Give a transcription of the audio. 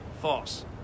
False